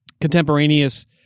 contemporaneous